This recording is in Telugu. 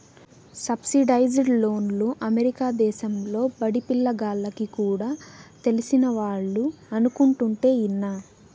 సబ్సిడైజ్డ్ లోన్లు అమెరికా దేశంలో బడిపిల్ల గాల్లకి కూడా తెలిసినవాళ్లు అనుకుంటుంటే ఇన్నా